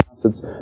acids